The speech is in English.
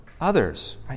others